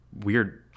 weird